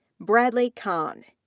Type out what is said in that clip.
bradley conn,